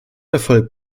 erfolg